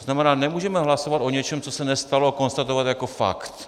To znamená, nemůžeme hlasovat o něčem, co se nestalo, a konstatovat jako fakt.